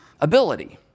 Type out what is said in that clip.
ability